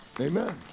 Amen